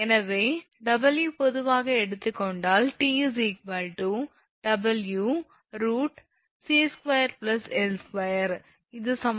எனவே 𝑊 பொதுவாக எடுத்துக்கொண்டால் 𝑇 𝑊√𝑐2𝑠2 இது சமன்பாடு 33